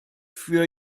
für